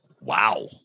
Wow